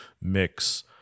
mix